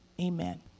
Amen